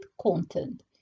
content